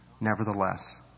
nevertheless